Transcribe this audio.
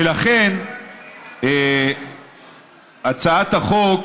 ולכן הצעת החוק